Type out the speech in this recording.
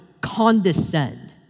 condescend